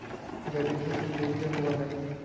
जैविक खेती कैसे हुआ लाई?